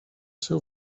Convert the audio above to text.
seu